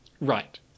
right